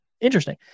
interesting